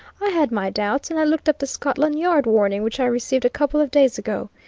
i had my doubts and i looked up the scotland yard warning which i received a couple of days ago.